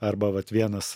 arba vat vienas